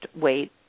weight